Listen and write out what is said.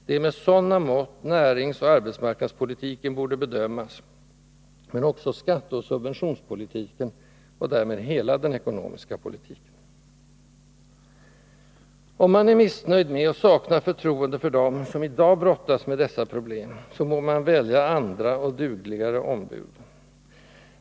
Det är med sådana mått näringsoch arbetsmarknadspolitiken borde skatteoch subventionspolitiken och därmed hela den bedömas, men ocks ekonomiska politiken. Om man är missnöjd med och saknar förtroende för dem som i dag brottas med dessa problem, så må man välja andra och dugligare ombud.